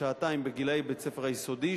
שעתיים לגילאי בית-הספר היסודי,